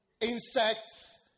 insects